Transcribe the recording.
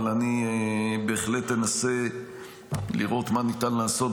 אבל אני בהחלט אנסה לראות מה ניתן לעשות,